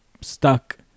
stuck